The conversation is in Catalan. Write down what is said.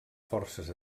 forces